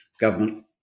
government